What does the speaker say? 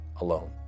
alone